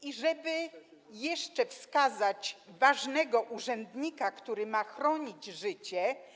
I należy jeszcze wskazać ważnego urzędnika, który ma chronić życie.